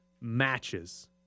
matches